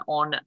on